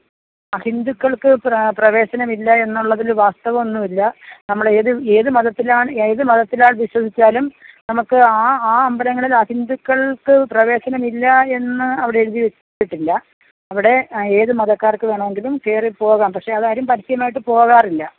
അഹിന്ദുക്കൾക്ക് പ്രവേശനമില്ല എന്നുള്ളതിൽ വാസ്തവമൊന്നുമില്ല നമ്മളേത് ഏതു മതത്തിലാണ് ഏതു മതത്തിലാണ് വിശ്വസിച്ചാലും നമുക്ക് ആ ആ അമ്പലങ്ങളിൽ അഹിന്ദുകൾക്ക് പ്രവേശനമില്ല എന്ന് അവിടെയെഴുതി വെച്ചിട്ടില്ല അവിടെ ഏതു മതക്കാർക്ക് വേണമെങ്കിലും കയറിപ്പോകാം പക്ഷേ അതാരും പരസ്യമായിട്ടു പോകാറില്ല